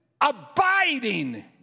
abiding